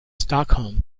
stockholm